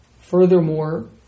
Furthermore